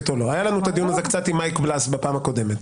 ואז נשאלת השאלה על פי איזה דין בית המשפט יפסוק?